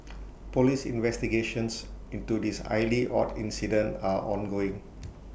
Police investigations into this highly odd incident are ongoing